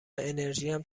انرژیم